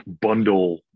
bundle